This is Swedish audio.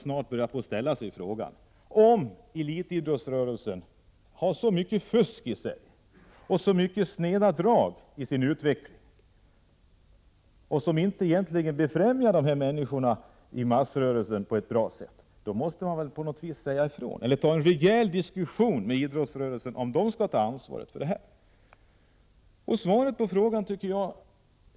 Om elitidrottsrörelsen har så mycket fusk i sig och så många sneda drag i sin utveckling som inte främjar människorna i massrörelsen på ett bra sätt, då måste man väl på något vis säga ifrån, eller ta en rejäl diskussion med idrottsrörelsen — om den skall ta ansvar för det hela.